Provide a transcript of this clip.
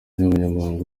n’abanyamahanga